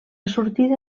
sortida